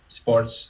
sports